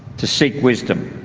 to seek wisdom